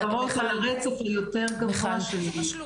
מיכל,